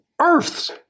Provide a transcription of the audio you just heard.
Earths